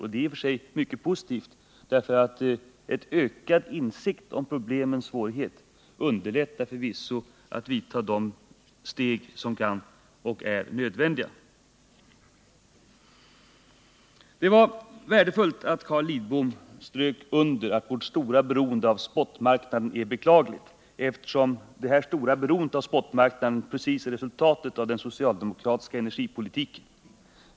Och det är i och för sig mycket positivt, eftersom en ökad insikt om problemen och svårigheterna förvisso underlättar vidtagandet av de åtgärder som är nödvändiga. Det var värdefullt att Carl Lidbom strök under att vårt stora beroende av spotmarknaden är beklagligt, eftersom detta stora beroende just är resultatet av den socialdemokratiska energipolitiken.